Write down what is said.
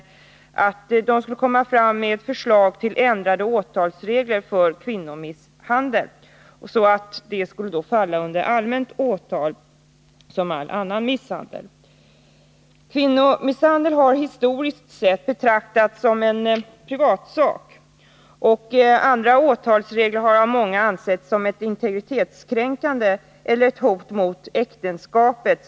Kommittén skulle enligt dessa ge förslag till ändring av åtalsreglerna så att kvinnomisshandel skulle komma att falla under allmänt åtal, vilket gäller för all annan misshandel. Kvinnomisshandel har historiskt sett betraktats som en privatsak. Ändrade åtalsregler har av många ansetts som ett integritetskränkande eller ett hot mot äktenskapet.